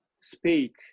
speak